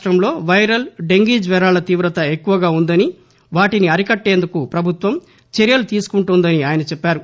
రాష్టంలో viral dengue జ్వరాల తీవత ఎక్కువగా ఉందని వాటిని అరికట్టేందుకు పభుత్వం చర్యలు తీసుకుంటోందని ఆయన చెప్పారు